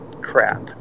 crap